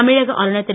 தமிழக ஆளுநர் திரு